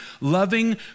loving